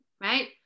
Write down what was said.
Right